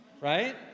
right